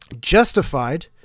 justified